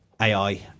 AI